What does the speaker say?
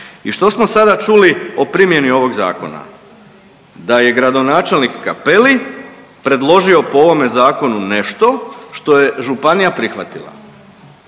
I što smo sada čuli o primjeni ovog zakona? Da je gradonačelnik Cappelli predložio po ovome zakonu nešto što je županija prihvatila